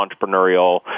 entrepreneurial